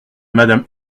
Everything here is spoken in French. madame